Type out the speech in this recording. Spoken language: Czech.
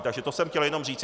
Takže to jsem chtěl jenom říci.